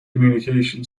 communication